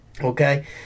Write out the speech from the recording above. okay